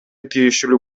тиешелүү